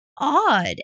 odd